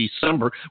December